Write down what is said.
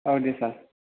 औ दे सार